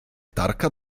tarka